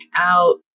out